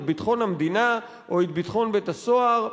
את ביטחון המדינה או את ביטחון בית-הסוהר,